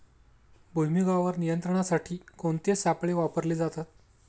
भुईमुगावर नियंत्रणासाठी कोणते सापळे वापरले जातात?